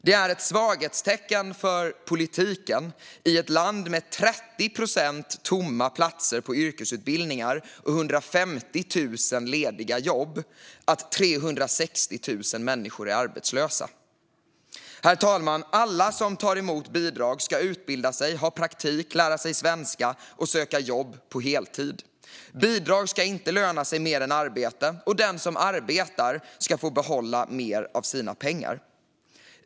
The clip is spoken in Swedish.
Det är ett svaghetstecken för politiken i ett land med 30 procent tomma platser på yrkesutbildningar och 150 000 lediga jobb att 360 000 människor är arbetslösa. Herr talman! Alla som tar emot bidrag ska utbilda sig, ha praktik, lära sig svenska och söka jobb på heltid. Bidrag ska inte löna sig mer än arbete, och den som arbetar ska få behålla mer av sina pengar.